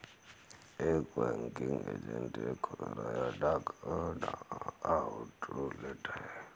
एक banking agent एक खुदरा या डाक आउटलेट है